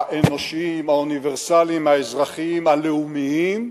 האנושיים, האוניברסליים האזרחיים, הלאומיים,